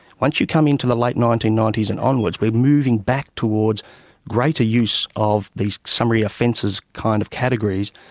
once you come into the late nineteen ninety s and onwards, we're moving back towards greater use of these summary offences kind of categories,